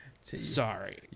Sorry